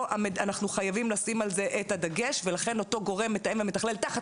אנחנו חייבים לשים על זה את הדגש ולכן אותו גורם מתאם ומתכלל תחת